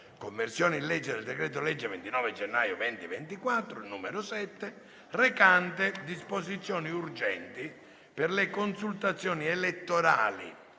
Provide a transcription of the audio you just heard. «Conversione in legge del decreto legge 29 gennaio 2024, n. 7, recante disposizioni urgenti per le consultazioni elettorali